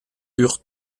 eurent